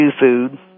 food